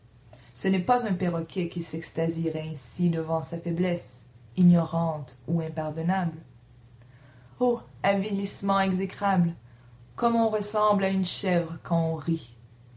ce n'est pas un perroquet qui s'extasierait ainsi devant sa faiblesse ignorante ou impardonnable oh avilissement exécrable comme on ressemble à une chèvre quand on rit